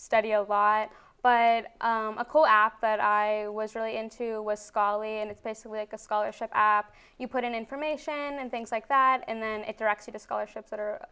study a lot but a cool app that i was really into with scalia and it's basically like a scholarship app you put in information and things like that and then it directly to scholarships that are